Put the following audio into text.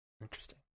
Interesting